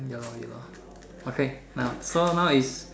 ya lor ya lor okay now so now is